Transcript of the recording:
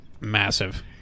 massive